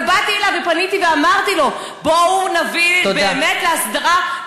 אבל באתי אליו ופניתי ואמרתי לו: בואו נביא באמת להסדרה,